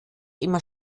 immer